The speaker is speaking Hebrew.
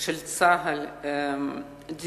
של צה"ל דיון